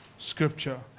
scripture